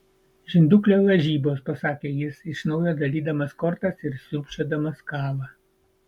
žinduklio lažybos pasakė jis iš naujo dalydamas kortas ir sriubčiodamas kavą